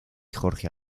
jorge